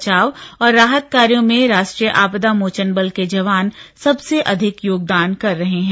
बचाव और राहत कार्यों में राष्ट्रीय आपदा मोचन बल के जवान सबसे अधिक योगदान कर रहे हैं